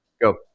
Go